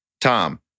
Tom